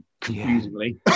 Confusingly